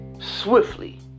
swiftly